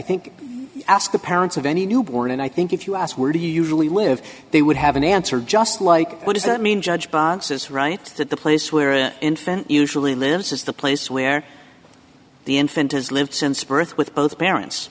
think ask the parents of any newborn and i think if you asked where do you usually live they would have an answer just like what does that mean judge barnes is right that the place where an infant usually lives is the place where the infant has lived since birth with both parents